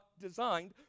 designed